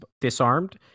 disarmed